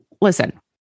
listen